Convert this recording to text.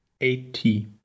eighty